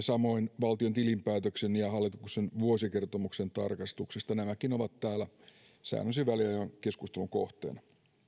samoin valtion tilinpäätöksen ja hallituksen vuosikertomuksen tarkastuksesta nekin ovat täällä säännöllisin väliajoin keskustelun kohteena